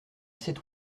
cet